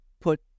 put